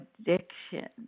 addiction